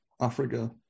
Africa